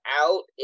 out